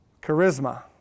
charisma